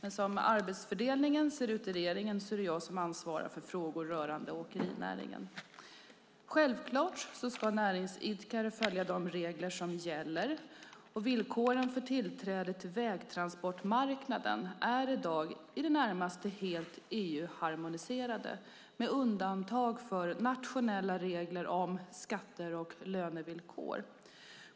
Såsom arbetsfördelningen ser ut i regeringen är det jag som ansvarar för frågor rörande åkerinäringen. Självklart ska näringsidkare följa de regler som gäller. Villkoren för tillträde till vägtransportmarknaden är i dag i det närmaste helt EU-harmoniserade - med undantag för nationella regler om skatte och lönevillkor.